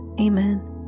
Amen